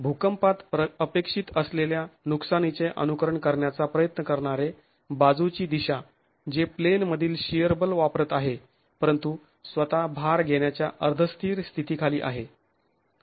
भूकंपात अपेक्षित असलेल्या नुकसानीचे अनुकरण करण्याचा प्रयत्न करणारे बाजूची दिशा जे प्लेनमधील शिअर बल वापरत आहे परंतु स्वतः भार घेण्याच्या अर्ध स्थिर स्थितीखाली आहे